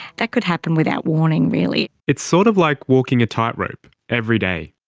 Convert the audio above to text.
that could happen without warning really. it's sort of like walking a tightrope every day.